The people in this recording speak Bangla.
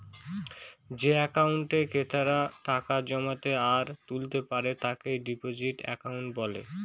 যে একাউন্টে ক্রেতারা টাকা জমাতে আর তুলতে পারে তাকে ডিপোজিট একাউন্ট বলে